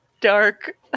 dark